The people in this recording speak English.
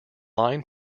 line